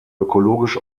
ökologisch